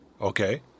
Okay